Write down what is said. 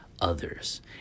others